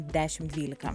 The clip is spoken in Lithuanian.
dešim dvylika